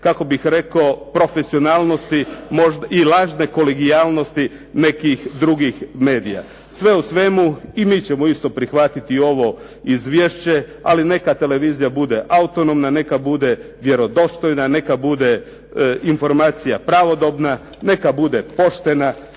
kako bih rekao, profesionalnosti i lažne kolegijalnosti nekih drugih medija. Sve u svemu, i mi ćemo isto prihvatiti ovo izvješće, ali neka televizija bude autonomna, neka bude vjerodostojna, neka bude informacija pravodobna, neka bude poštena,